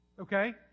Okay